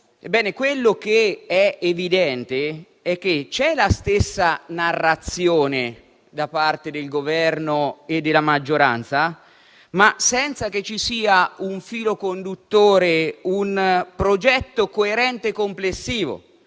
quello che è evidente è che c'è sì la stessa narrazione da parte del Governo e della maggioranza, ma senza che ci sia un filo conduttore e un progetto coerente e complessivo.